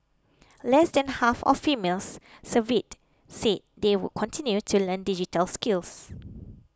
less than half of females surveyed said they would continue to learn digital skills